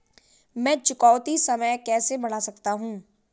मैं चुकौती समय कैसे बढ़ा सकता हूं?